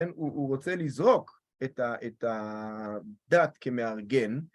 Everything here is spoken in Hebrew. הוא רוצה לזרוק את הדת כמארגן.